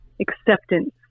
acceptance